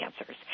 answers